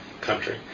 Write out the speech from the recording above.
country